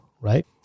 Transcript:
right